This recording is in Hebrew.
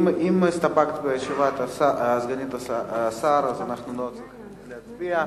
אם הסתפקת בתשובת סגנית השר אנחנו לא צריכים להצביע.